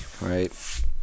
Right